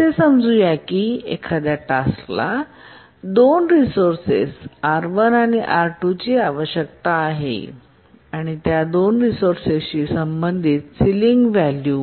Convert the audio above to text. असे समजू की एखाद्या टास्क स दोन रिसोर्सेस R1 आणि R2 ची आवश्यकता आहे आणि त्या दोन रिसोर्सशी संबंधित सिलिंग व्हॅल्यू